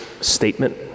statement